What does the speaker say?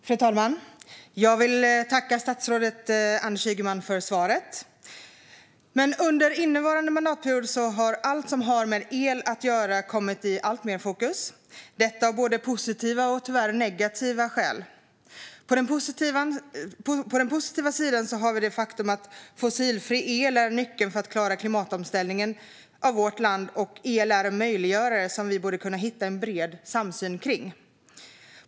Fru talman! Jag vill tacka statsrådet Anders Ygeman för svaret. Under innevarande mandatperiod har allt som har med el att göra kommit alltmer i fokus, detta av både positiva och tyvärr också negativa skäl. På den positiva sidan har vi det faktum att fossilfri el är en nyckel till att klara klimatomställningen av vårt land och att el är en möjliggörare som vi borde kunna hitta en bred samsyn kring.